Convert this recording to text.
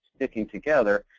sticking together.